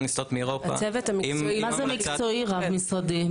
מה זה מקצועי רב משרדי?